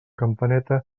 campaneta